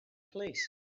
police